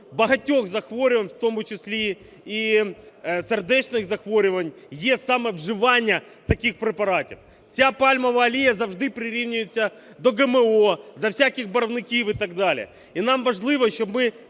багатьох захворювань, в тому числі і сердечних захворювань є саме вживання таких препаратів. Ця пальмова олія завжди прирівнюється до ГМО, до всяких барвників і так далі. І нам важливо, щоб ми